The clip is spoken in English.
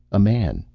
a man,